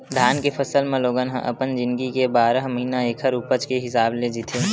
धान के फसल म लोगन ह अपन जिनगी के बारह महिना ऐखर उपज के हिसाब ले जीथे